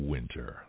Winter